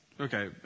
Okay